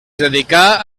dedicà